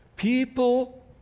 People